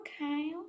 okay